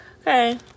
Okay